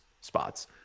spots